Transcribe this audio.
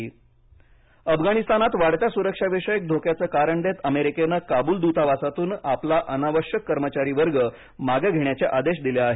अफगाणिस्तान अफगाणिस्तानात वाढत्या सुरक्षाविषयक धोक्याचे कारण देत अमेरिकेने काबुल दुतावासातून आपला अनावश्यक कर्मचारीवर्ग मागे घेण्याचे आदेश दिले आहेत